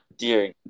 Dear